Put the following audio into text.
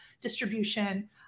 distribution